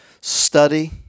study